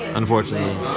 unfortunately